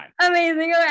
Amazing